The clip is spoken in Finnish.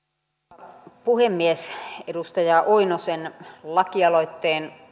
arvoisa puhemies edustaja oinosen lakialoitteen